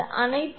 7 kV வருகிறது